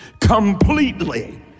Completely